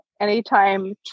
Anytime